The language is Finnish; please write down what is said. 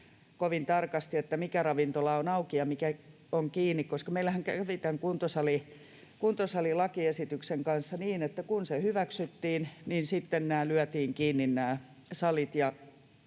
kovin tarkasti, mikä ravintola on auki ja mikä on kiinni... Meillähän kävi tämän kuntosalilakiesityksen kanssa niin, että kun se hyväksyttiin, niin sitten lyötiin kiinni